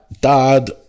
Dad